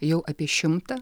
jau apie šimtą